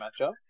matchup